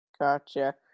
Gotcha